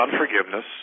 unforgiveness